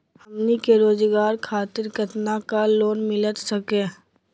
हमनी के रोगजागर खातिर कितना का लोन मिलता सके?